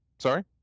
Sorry